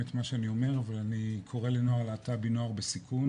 את מה שאני אומר ואני קורה לנוער הלהט"בית נוער בסיכון,